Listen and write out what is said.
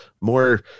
more